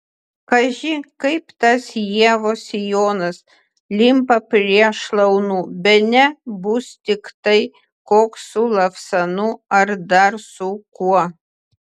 kaži kaip tas ievos sijonas limpa prie šlaunų bene bus tiktai koks su lavsanu ar dar su kuo